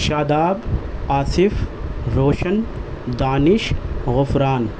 Shadab Asif Roshan Danish Ghufran